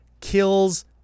kills